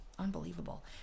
Unbelievable